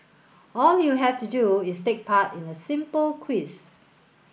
all you have to do is take part in a simple quiz